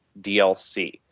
DLC